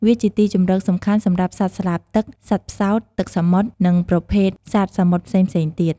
វាជាទីជម្រកសំខាន់សម្រាប់សត្វស្លាបទឹក សត្វផ្សោតទឹកសមុទ្រ និងប្រភេទសត្វសមុទ្រផ្សេងៗទៀត។